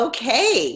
Okay